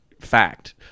fact